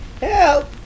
help